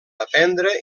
aprendre